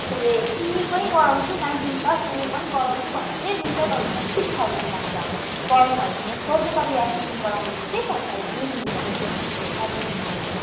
तपाईँले सिङ्गिङ पनि गराउँछु डान्सिङ प्लस सिङ्गिङ पनि गराउँछु भन्दा चाहिँ दुइटै गराउनु भयो भने सिक्स थाउजन लाग्छ पर मन्थ फर्स्टमा तपाईँले एडमिसन गराउँदाखेरि चाहिँ फाइभ थाउजन नै दिनुपर्छ एडमिसन फी